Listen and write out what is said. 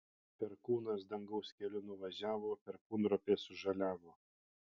perkūnas dangaus keliu nuvažiavo perkūnropės sužaliavo